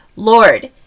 Lord